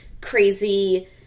crazy